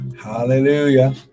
Hallelujah